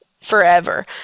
forever